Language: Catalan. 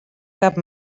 cap